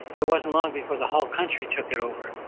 it wasn't long before the whole country took it over.